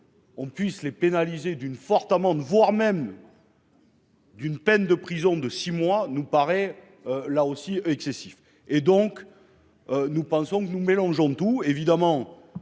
On puisse les pénaliser d'une forte amende, voire même. D'une peine de prison de six mois nous paraît là aussi excessif et donc. Nous pensons que nous mélangeons tout évidemment